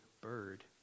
Bird